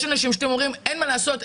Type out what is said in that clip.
יש אנשים שאתם אומרים אין מה לעשות,